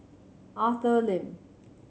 Arthur Lim